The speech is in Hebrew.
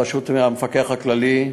בראשות המפקח הכללי,